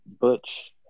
butch